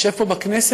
אני יושב פה בכנסת,